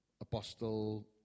apostle